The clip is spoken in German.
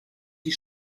die